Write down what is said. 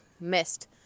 missed